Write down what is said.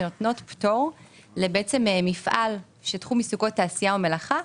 שנותנות פטור למפעל שתחום עיסוקו תעשייה ומלאכה,